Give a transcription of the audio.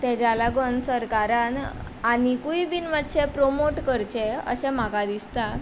ताज्या लागून सरकारान आनिकूय बीन मातशें प्रमोट करचें अशें म्हाका दिसता